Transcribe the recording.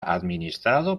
administrado